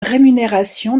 rémunération